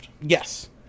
Yes